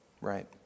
right